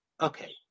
Okay